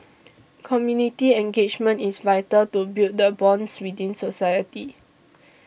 community engagement is vital to build the bonds within society